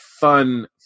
fun